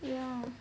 ya